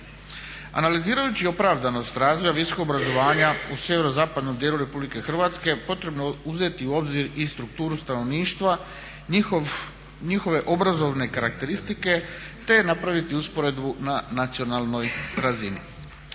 Analizirajući opravdanost razvoja visokog obrazovanja u sjeverozapadnom dijelu RH potrebno je uzeti u obzir i strukturu stanovništva, njihove obrazovne karakteristike te napraviti usporedbu na nacionalnoj razini.